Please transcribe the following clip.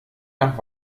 nach